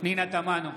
פנינה תמנו,